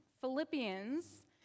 Philippians